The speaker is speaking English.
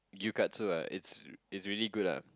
gyukatsu ah it's really good ah